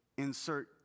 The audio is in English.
Insert